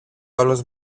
όλος